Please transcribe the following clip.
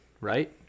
right